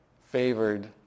favored